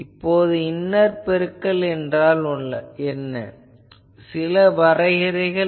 இப்போது இன்னர் பெருக்கல் என்றால் என்ன சில வரையறைகள் உள்ளன